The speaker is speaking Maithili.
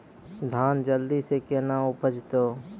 धान जल्दी से के ना उपज तो?